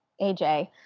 AJ